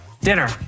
Dinner